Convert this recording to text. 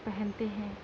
پہنتے ہیں